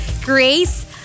Grace